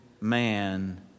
man